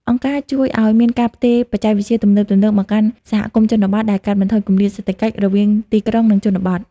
អង្គការជួយឱ្យមានការផ្ទេរបច្ចេកវិទ្យាទំនើបៗមកកាន់សហគមន៍ជនបទ ដែលកាត់បន្ថយគម្លាតសេដ្ឋកិច្ចរវាងទីក្រុង និងជនបទ។